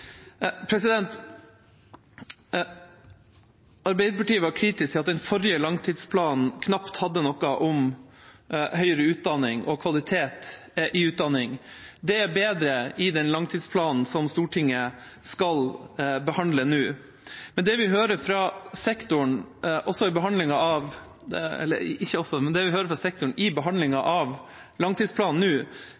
Arbeiderpartiet var kritisk til at den forrige langtidsplanen knapt hadde noe om høyere utdanning og kvalitet i utdanning. Det er bedre i den langtidsplanen som Stortinget skal behandle nå. Men det vi hører fra sektoren under behandlingen av langtidsplanen nå, er at den forrige langtidsplanen var vellykket der det var konkrete satsinger og konkrete oppfølgingsplaner. Det man etterlyser fra sektoren